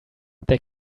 they